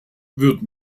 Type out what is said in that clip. wird